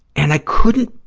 and i couldn't,